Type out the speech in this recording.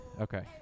Okay